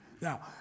Now